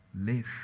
live